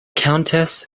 countess